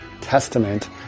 Testament